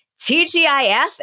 TGIF